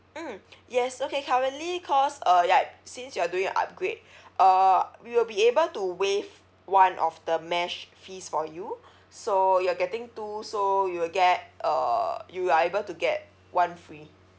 mm yes okay currently cause uh right since you're doing upgrade uh we will be able to waive one of the mesh fees for you so you're getting two so you will get uh you are able to get one free